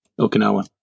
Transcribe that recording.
Okinawa